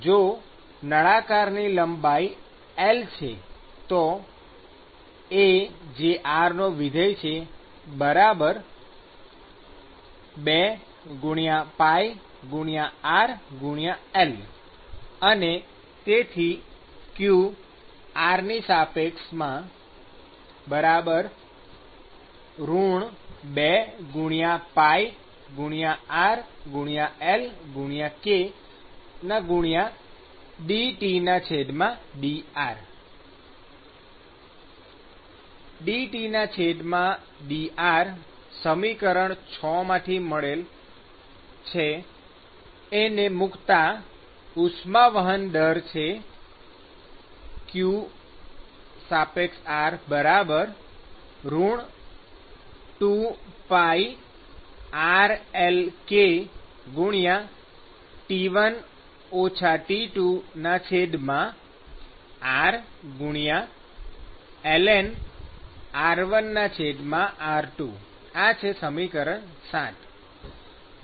જો નળાકારની લંબાઈ L છે તો A 2πrLઅને તેથી qr 2πrLkdTdr dTdr સમીકરણ ૬ માથી મળેલ ને મુક્તા ઉષ્મા વહન દર છે qr 2πrLkT1 T2rln r1r2 ૭ ધારો કે T1T2 છે